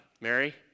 Mary